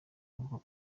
ngo